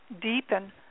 deepen